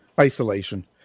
Isolation